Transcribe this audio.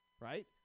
right